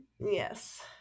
Yes